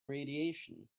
radiation